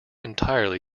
entirely